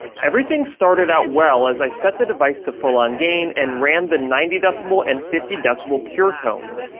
everything started out well as i set the device to full on gain and ran the ninety decibel and fifty decibel pure tones.